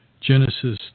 Genesis